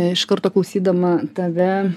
iš karto klausydama tave